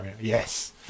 Yes